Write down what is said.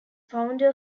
founder